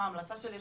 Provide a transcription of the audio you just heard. מה ההמלצה שלי,